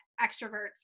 extroverts